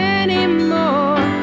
anymore